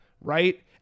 Right